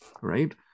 right